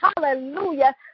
hallelujah